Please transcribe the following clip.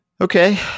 Okay